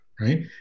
right